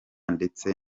ndetse